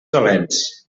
dolents